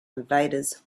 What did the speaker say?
invaders